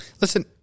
Listen